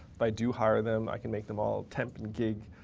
if i do hire them, i can make them all temp, and gig,